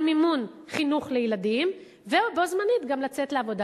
מימון חינוך לילדים ובו-זמנית גם לצאת לעבודה.